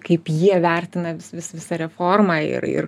kaip jie vertina vis vis visą reformą ir ir